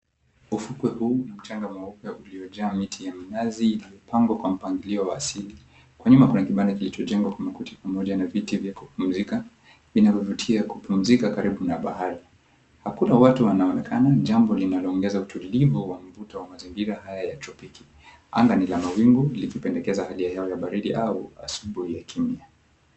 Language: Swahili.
Ufukwe huu wenye mchanga mweupe uliojaa miti ya minazi iliyopangwa kwa mpangilio wa asili. Kwa nyuma kuna kibanda kilijochojengwa kwa makuti pamoja na viti vya kupumzika vinavyovutia kupumzika karibu na bahari. Hakuna watu wanaoonekana, jambo linaloongeza utulivu wa mvuto wa mazingira haya ya tropiki. Anga ni la mawingu likipendekeza hali ya hewa ya baridi au asubuhi ya kimya.